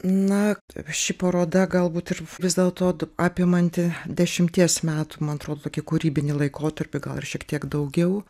na ši paroda galbūt ir vis dėlto apimanti dešimties metų man atrodo tokį kūrybinį laikotarpį gal ir šiek tiek daugiau